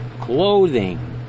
clothing